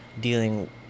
dealing